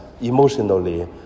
emotionally